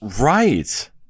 Right